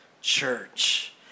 church